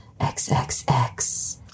XXX